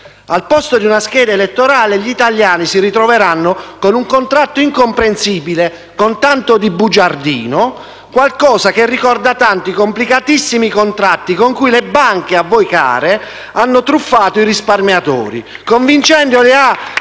Al posto di una scheda elettorale, gli italiani si ritroveranno con un contratto incomprensibile, con tanto di bugiardino: qualcosa che ricorda tanto i complicatissimi contratti con cui le banche - a voi care - hanno truffato i risparmiatori, convincendoli ad